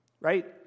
right